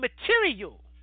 material